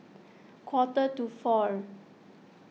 quarter to four